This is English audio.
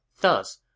Thus